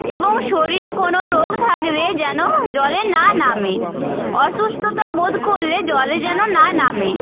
এবং শরীরে কোনোও রোগ থাকলে যেন জলে না নামে অসুস্থতা বোধ করলে জলে যেন না নামে